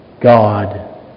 God